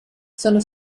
sono